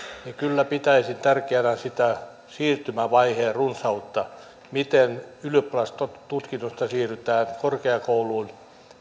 niin kyllä pitäisin tärkeänä sitä siirtymävaiheen runsautta miten ylioppilastutkinnosta siirrytään korkeakouluun